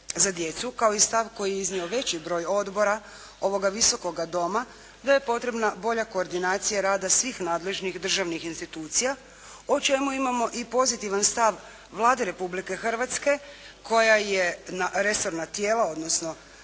za djecu kao i stav koji je iznio veći broj odbora ovoga Visokoga doma, da je potrebna bolja koordinacija rada svih nadležnih državnih institucija o čemu imamo i pozitivan stav Vlade Republike Hrvatske koja je na resorna tijela, odnosno